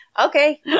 okay